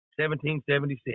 1776